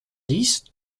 dix